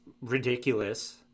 ridiculous